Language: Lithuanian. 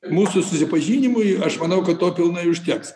mūsų susipažinimui aš manau kad to pilnai užteks